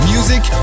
Music